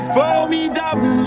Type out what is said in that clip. formidable